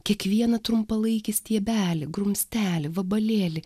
kiekvieną trumpalaikį stiebelį grumstelį vabalėlį